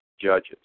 judges